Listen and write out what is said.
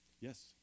Yes